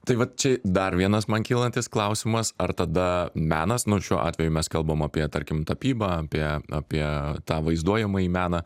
tai vat čia dar vienas man kylantis klausimas ar tada menas nu šiuo atveju mes kalbam apie tarkim tapybą apie apie tą vaizduojamąjį meną